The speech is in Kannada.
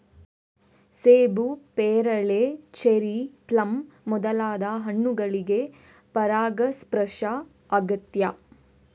ಸೇಬು, ಪೇರಳೆ, ಚೆರ್ರಿ, ಪ್ಲಮ್ ಮೊದಲಾದ ಹಣ್ಣುಗಳಿಗೆ ಪರಾಗಸ್ಪರ್ಶ ಅಗತ್ಯ